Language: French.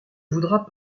voudras